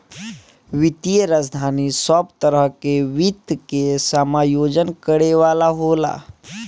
वित्तीय राजधानी सब तरह के वित्त के समायोजन करे वाला होला